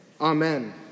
Amen